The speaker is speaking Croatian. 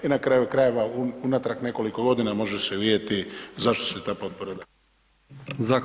I na kraju krajeva unatrag nekoliko godina može se vidjeti zašto se ta potpora daje.